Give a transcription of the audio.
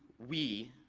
we,